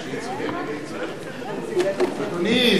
אדוני,